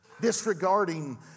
Disregarding